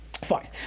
Fine